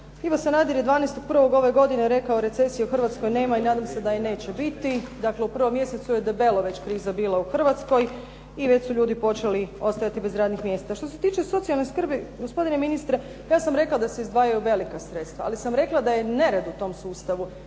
Ivo Sanader je 12.1. ove godine rekao: "Recesije u Hrvatskoj nema i nadam se da je neće biti. Dakle, u prvom mjesecu je debelo već kriza bila u Hrvatskoj i već su ljudi počeli ostajati bez radnih mjesta. Što se tiče socijalne skrbi, gospodine ministre, ja sam rekla da se izdvajaju velika sredstva, ali sam rekla da je nered u tom sustavu,